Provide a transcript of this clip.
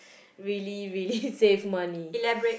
really really save money